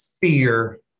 fear